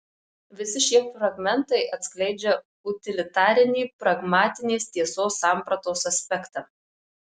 visi šie fragmentai atskleidžia utilitarinį pragmatinės tiesos sampratos aspektą